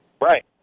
Right